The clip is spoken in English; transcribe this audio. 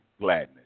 gladness